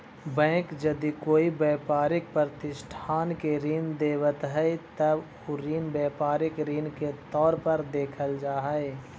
bank यदि कोई व्यापारिक प्रतिष्ठान के ऋण देवऽ हइ त उ ऋण व्यापारिक ऋण के तौर पर देखल जा हइ